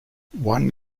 one